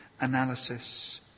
analysis